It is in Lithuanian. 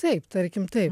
taip tarkim taip